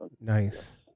Nice